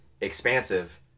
expansive